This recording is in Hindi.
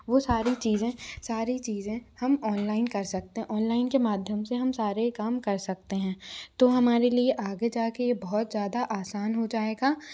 वो सारी चीज़ें सारी चीज़ें हम ऑनलाइन कर सकते हैं ऑनलाइन के माध्यम से हम सारे काम कर सकते हैं तो हमारे लिए आगे जाके ये बहुत ज़्यादा आसान हो जाएगा